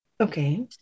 Okay